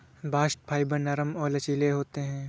bast fibre नरम और लचीले होते हैं